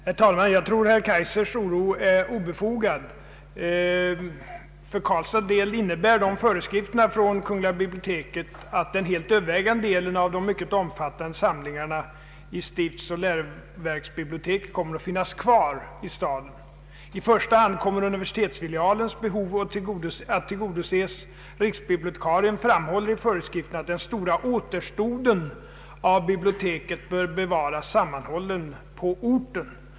Herr talman! Jag tror att herr Kaijsers oro är obefogad. För Karlstads del innebär föreskrifterna från Kungl. biblioteket att den helt övervägande delen av de mycket omfattande samlingarna i stiftsoch läroverksbiblioteket kommer att finnas kvar i staden. I första hand kommer universitetsfilialens behov att tillgodoses. Riksbibliotekarien framhåller i föreskrifterna att den stora återstoden av biblioteket bör bevaras sammanhållen på orten.